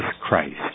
Christ